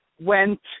went